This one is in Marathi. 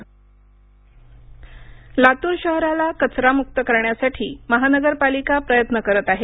खत निर्मिती लातूर शहराला कचरामुक्त करण्यासाठी महानगरपालिका प्रयत्न करीत आहे